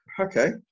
Okay